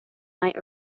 might